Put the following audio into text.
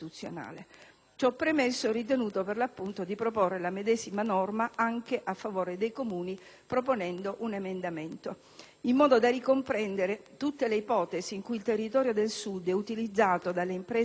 Ciò premesso, ho ritenuto per l'appunto di proporre la medesima norma anche a favore dei Comuni presentando un emendamento, in modo da ricomprendere tutte le ipotesi in cui il territorio del Sud è utilizzato dalle imprese del Nord